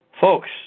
Folks